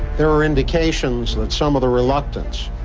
there were indications that some of the reluctance.